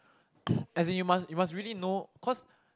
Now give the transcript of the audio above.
as in you must you must really know cause